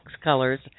colors